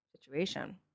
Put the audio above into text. situation